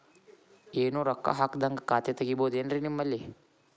ಏನು ರೊಕ್ಕ ಹಾಕದ್ಹಂಗ ಖಾತೆ ತೆಗೇಬಹುದೇನ್ರಿ ನಿಮ್ಮಲ್ಲಿ?